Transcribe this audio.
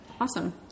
Awesome